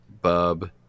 Bub